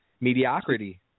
Mediocrity